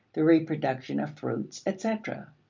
the reproduction of fruits, etc,